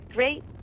Great